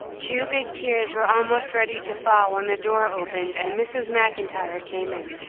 two big tears were almost ready to fall when the door opened and mrs. macintyre came in.